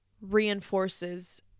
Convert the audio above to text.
reinforces